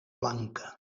blanca